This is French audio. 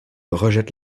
rejette